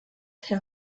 herr